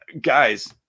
Guys